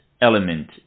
element